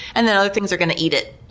and then other things are going to eat it.